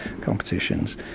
competitions